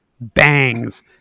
bangs